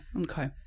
Okay